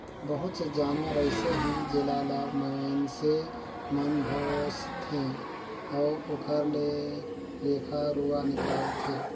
बहुत से जानवर अइसे हे जेला ल माइनसे मन पोसथे अउ ओखर ले रेखा रुवा निकालथे